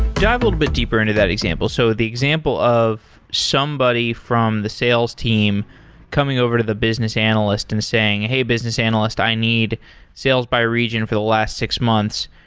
yeah little bit deeper into that example. so the example of somebody from the sales team coming over to the business analyst and saying, hey business analyst, i need sales by region for the last six months.